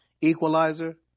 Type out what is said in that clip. equalizer